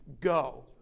go